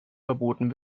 verboten